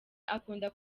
akunda